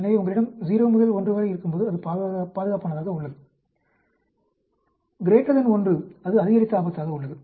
எனவே உங்களிடம் 0 முதல் 1 வரை இருக்கும்போது அது பாதுகாப்பானதாக உள்ளது 1 அது அதிகரித்த ஆபத்தாக உள்ளது